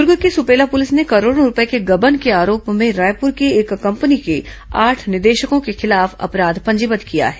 दुर्ग की सुपेला पुलिस ने करोड़ों रूपये के गबन के आरोप में रायपुर की एक कंपनी के आठ निदेशकों के खिलाफ अपराध पंजीबद्ध किया है